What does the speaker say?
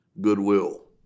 goodwill